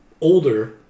older